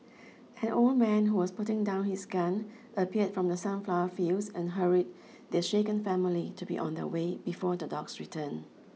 an old man who was putting down his gun appeared from the sunflower fields and hurried the shaken family to be on their way before the dogs return